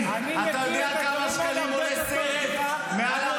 אני מכיר את הדברים האלה הרבה יותר טוב ממך.